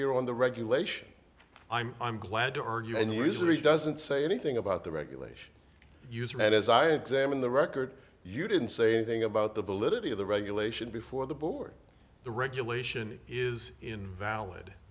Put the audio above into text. here on the regulation i'm glad to argue and usually doesn't say anything about the regulations used and as i had sam in the record you didn't say anything about the validity of the regulation before the board the regulation is invalid